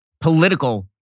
political